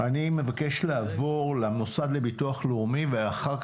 אני מבקש לעבור למוסד לביטוח לאומי ואח"כ